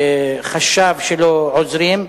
החשב שלו, עוזרים,